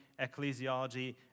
ecclesiology